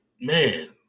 man